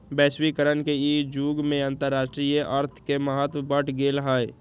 वैश्वीकरण के इ जुग में अंतरराष्ट्रीय अर्थ के महत्व बढ़ गेल हइ